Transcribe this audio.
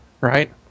right